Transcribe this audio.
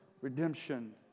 redemption